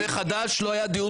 נושא חדש, לא היה דיון.